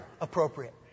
appropriate